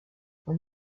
when